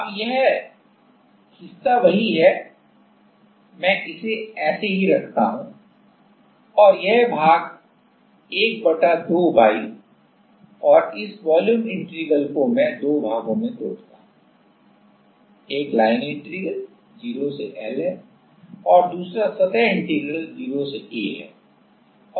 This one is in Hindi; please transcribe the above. अब यह हिस्सा वही है मैं इसे ऐसे ही रखता हूं और यह भाग 12Y और इस वॉल्यूम इंटीग्रल को मैं दो भागों में तोड़ता हूं एक लाइन इंटीग्रल 0 से L है और दूसरा सतह इंटीग्रल 0 से A है